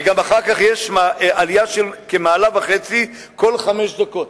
ואחר כך יש עלייה של כמעלה וחצי כל חמש דקות.